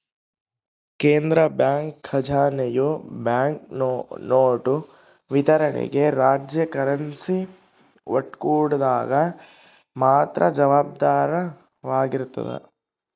ಕೇಂದ್ರ ಬ್ಯಾಂಕ್ ಖಜಾನೆಯು ಬ್ಯಾಂಕ್ನೋಟು ವಿತರಣೆಗೆ ರಾಜ್ಯ ಕರೆನ್ಸಿ ಒಕ್ಕೂಟದಾಗ ಮಾತ್ರ ಜವಾಬ್ದಾರವಾಗಿರ್ತದ